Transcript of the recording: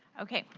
okay.